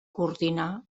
coordinar